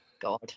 God